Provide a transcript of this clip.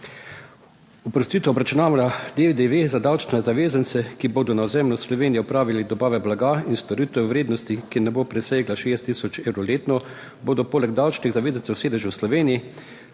Oprostitev obračunavanja DDV za davčne zavezance, ki bodo na ozemlju Slovenije opravili dobave blaga in storitev v vrednosti, ki ne bo presegla 60 tisoč evrov letno, bodo poleg davčnih zavezancev s sedežev v Sloveniji